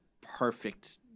perfect